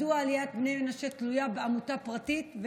עדה שלמה בעצם נמצאת שבויה על ידי עמותה פרטית.